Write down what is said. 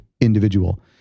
individual